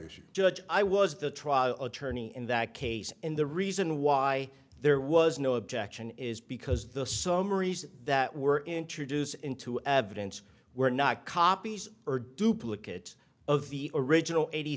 issue judge i was the trial attorney in that case and the reason why there was no objection is because the summaries that were introduced into evidence were not copies or duplicate of the original eighty